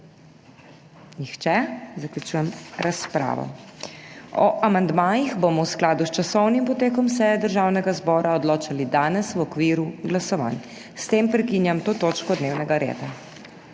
Nihče. Zaključujem razpravo. O amandmajih bomo v skladu s časovnim potekom seje Državnega zbora odločali danes v okviru glasovanj. S tem prekinjam to točko dnevnega reda.